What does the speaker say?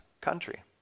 country